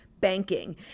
banking